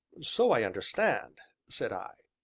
so i understand, said i.